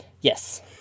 Yes